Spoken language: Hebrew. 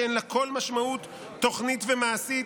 שאין לה כל משמעות תוכנית ומעשית?"